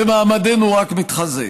ומעמדנו רק מתחזק.